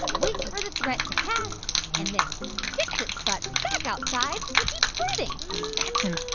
waits for the threat to pass and then sticks its butt back outside and keeps breathing that's and